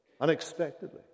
unexpectedly